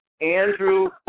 Andrew